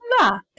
Luck